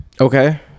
Okay